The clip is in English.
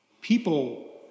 People